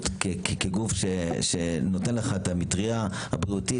כגוף שנותן לך את המטריה הבריאותית.